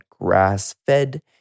grass-fed